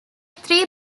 three